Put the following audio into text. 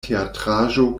teatraĵo